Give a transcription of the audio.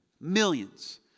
Millions